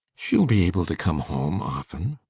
she'll be able to come home often,